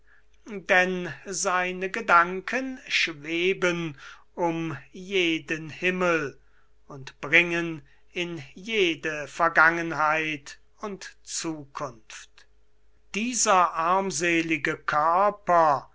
denn seine gedanken schweben um jeden himmel und bringen in jede vergangenheit und zukunft dieser armselige körper